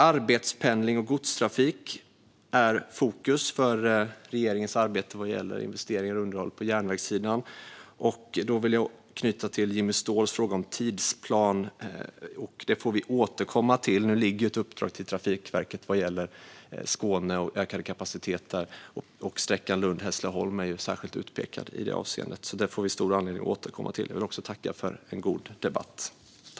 Arbetspendling och godstrafik är i fokus för regeringens arbete vad gäller investeringar och underhåll på järnvägssidan. Och då vill jag knyta an till Jimmy Ståhls fråga om en tidsplan. Det får vi återkomma till. Nu ligger ett uppdrag till Trafikverket vad gäller ökad kapacitet i Skåne. Och sträckan Lund-Hässleholm är särskilt utpekad i detta avseende. Det får vi alltså stor anledning att återkomma till. Jag vill också tacka för en god debatt.